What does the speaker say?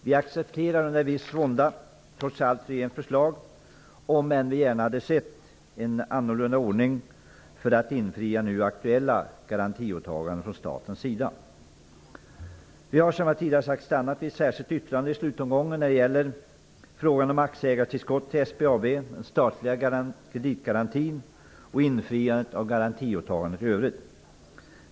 Vi accepterar under viss vånda trots allt regeringens förslag, även om vi gärna hade sett en annorlunda ordning för att infria nu aktuella garantiåtaganden från statens sida. Vi socialdemokrater har, som jag tidigare har sagt, nöjt oss med ett särskilt yttrande i slutomgången när det gäller frågan om aktieägartillskottet till SBAB, den statliga kreditgarantin och infriandet av garantiåtaganden i övrigt.